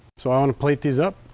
so i want to plate these up.